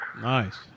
Nice